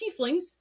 tieflings